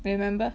remember